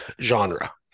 genre